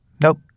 Nope